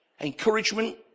encouragement